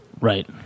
right